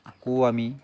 আকৌ আমি